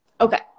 Okay